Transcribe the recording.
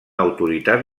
autoritat